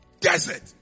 Desert